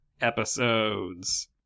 episodes